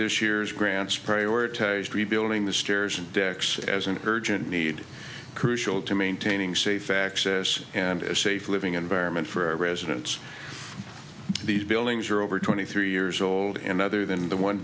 this year's grants prioritized rebuilding the stairs and decks as an urgent need crucial to maintaining safe access and a safe living environment for residents these buildings are over twenty three years old and other than the one